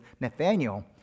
Nathaniel